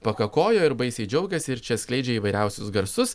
pakakojo ir baisiai džiaugiasi ir čia skleidžia įvairiausius garsus